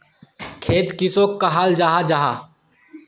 खेत किसोक कहाल जाहा जाहा?